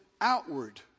outward